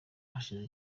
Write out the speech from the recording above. hashize